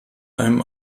einem